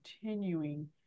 continuing